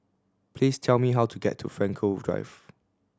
please tell me how to get to Frankel Drive